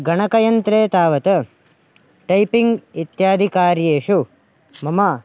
गणकयन्त्रे तावत् टैपिङ्ग् इत्यादिकार्येषु मम